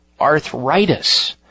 Arthritis